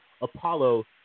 Apollo